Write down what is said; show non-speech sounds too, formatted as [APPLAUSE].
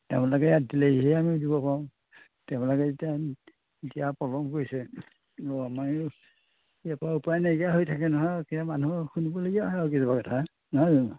তেওঁলোকে ইয়াত দিলেহিহে আমি দিব পাৰোঁ তেওঁলোকে যেতিয়া দিয়া পলম কৰিছে [UNINTELLIGIBLE] ইয়াৰপৰা উপায় নাইকিয়া হৈ থাকে নহয় [UNINTELLIGIBLE] মানুহৰ শুনিব লগীয়া হয় আৰু কেতিয়াবা কেতিয়াবা নহয় জানো